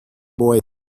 boy